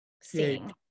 seeing